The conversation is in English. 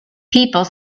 people